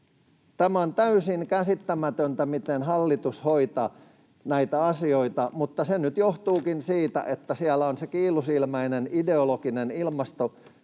Tämä on täysin käsittämätöntä, miten hallitus hoitaa näitä asioita. Mutta se nyt johtuukin siitä, että siellä on se kiilusilmäinen ideologinen ilmastopolitiikka